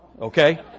okay